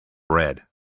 bread